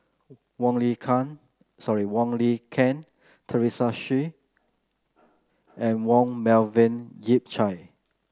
Wong Lin sorry Wong Lin Ken Teresa Hsu and Yong Melvin Yik Chye